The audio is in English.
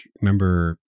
remember